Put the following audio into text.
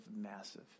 massive